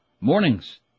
Mornings